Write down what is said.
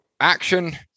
action